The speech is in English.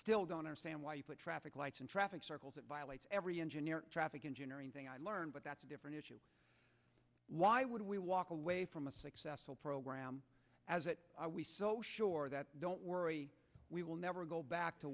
still don't understand why you put traffic lights and traffic circles that violates every engineer traffic engineering thing i learned but that's a different issue why would we walk away from a successful program as it we so sure that don't worry we will never go back to